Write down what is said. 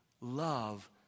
love